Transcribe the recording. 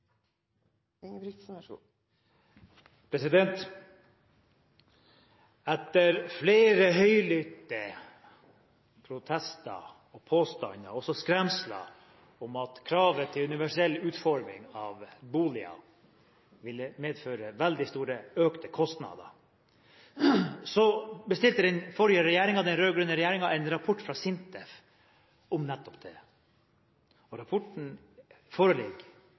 påstander og skremsler om at kravene til universell utforming av boliger ville medføre økte kostnader, bestilte den forrige regjeringen – den rød-grønne – en rapport fra SINTEF om nettopp dette. Rapporten foreligger